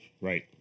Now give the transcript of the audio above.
Right